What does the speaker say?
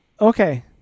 okay